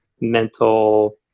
mental